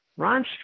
Ron